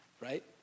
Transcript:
right